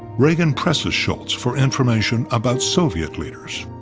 reagan presses shultz for information about soviet leaders.